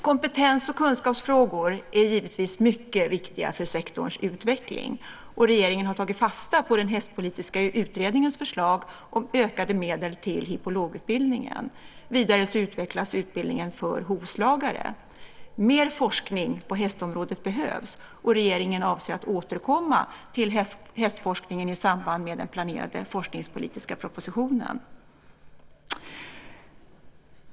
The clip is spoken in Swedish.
Kompetens och kunskapsfrågor är givetvis mycket viktiga för sektorns utveckling. Regeringen har tagit fasta på den hästpolitiska utredningens förslag om ökade medel till hippologutbildningen. Vidare utvecklas utbildningen för hovslagare. Mer forskning på hästområdet behövs. Regeringen avser att återkomma till hästforskningen i samband med den planerade forskningspolitiska propositionen.